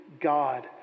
God